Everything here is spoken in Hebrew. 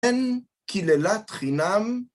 אין קיללת חינם.